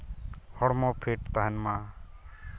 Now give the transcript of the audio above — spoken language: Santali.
ᱦᱚᱲᱢᱚ ᱯᱷᱤᱴ ᱛᱟᱦᱮᱱ ᱢᱟ